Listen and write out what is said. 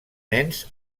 nens